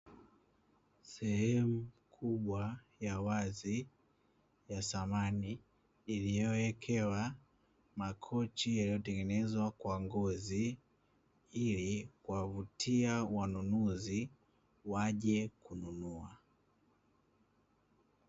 Sehemu kubwa ya wazi ya samani, iliyowekewa makochi yaliyotengenezwa kwa ngozi, ili kuwavutia wanunuzi waje kununua.